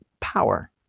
power